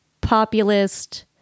populist